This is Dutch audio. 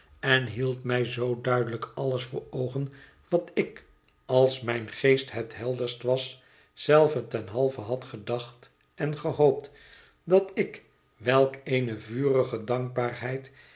en hield mij zoo duidelijk alles voor oogen wat ik als mijn geest het helderst was zelve ten halve had gedacht en gehoopt dat ik welk eene vurige dankbaarheid